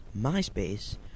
MySpace